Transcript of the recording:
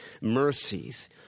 mercies